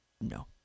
No